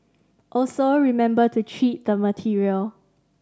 also remember to treat the material